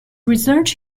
research